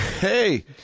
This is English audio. Hey